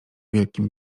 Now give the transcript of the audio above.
wielkim